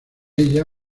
ella